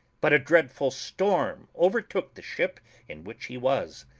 but a dreadful storm overtook the ship in which he was,